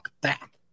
back